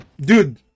Dude